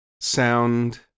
sound